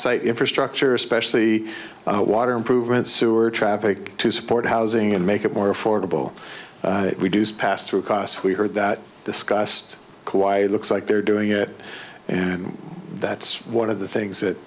site infrastructure especially water improvements sewer traffic to support housing and make it more affordable we do see pass through cos we heard that discussed choir looks like they're doing it and that's one of the things that